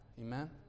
Amen